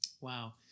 Wow